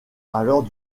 alors